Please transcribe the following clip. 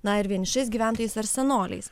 na ir vienišais gyventojais ar senoliais